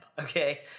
Okay